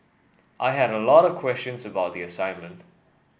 I had a lot of questions about the assignment